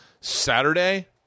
Saturday